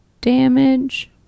damage